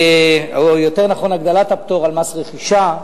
או יותר נכון הגדלת הפטור על מס רכישה.